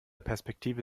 perspektive